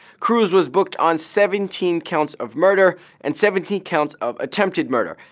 cruz was booked on seventeen counts of murder and seventeen counts of attempted murder.